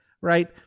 right